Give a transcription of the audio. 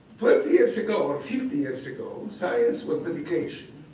years ago or fifty years ago, science was dedication.